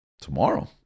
tomorrow